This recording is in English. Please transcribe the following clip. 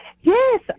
Yes